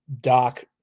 Doc